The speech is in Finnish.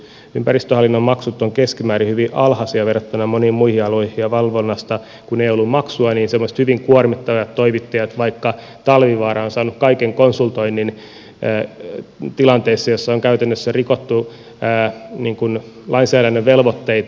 ympäristöhallinnon maksut ovat keskimäärin hyvin alhaisia verrattuna moniin muihin aloihin ja valvonnasta kun ei ole ollut maksua niin semmoiset hyvin kuormittavat toimijat vaikka talvivaara ovat saaneet kaiken konsultoinnin tilanteessa jossa on käytännössä rikottu lainsäädännön velvoitteita